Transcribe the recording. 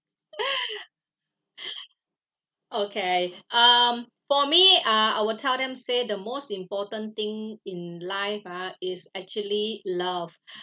okay um for me uh I will tell them say the most important thing in life ah is actually love